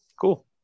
Cool